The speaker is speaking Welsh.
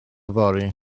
fory